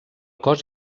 cos